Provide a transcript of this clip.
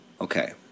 Okay